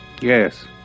Yes